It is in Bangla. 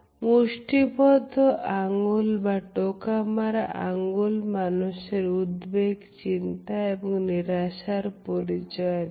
মুষ্টিবদ্ধ আঙ্গুল বা টোকা মারা আঙ্গুল মানুষের উদ্বেগ চিন্তা এবং নিরাশার পরিচয় দেয়